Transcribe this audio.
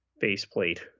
faceplate